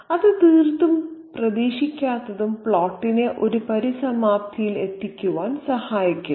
അത് തീർത്തും പ്രതീക്ഷിക്കാത്തതും പ്ലോട്ടിനെ ഒരു പരിസമാപ്തിയിൽ എത്തിക്കുവാൻ സഹായിക്കുന്നു